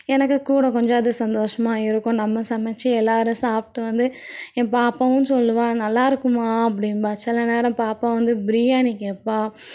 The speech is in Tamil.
எனக்கு கூட கொஞ்சம் அது சந்தோஷமா இருக்கும் நம்ம சமச்சு எல்லோரும் சாப்பிட்டு வந்து என் பாப்பாவும் சொல்லுவாள் நல்லா இருக்குமா அப்படிம்பா சில நேரம் பாப்பா வந்து பிரியாணி கேட்பா